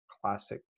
Classic